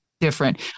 different